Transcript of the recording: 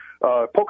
poker